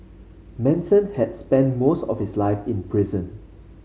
Manson had spent most of his life in prison